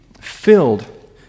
filled